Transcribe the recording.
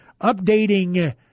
updating